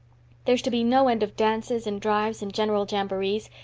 there's to be no end of dances and drives and general jamborees.